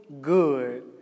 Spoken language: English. good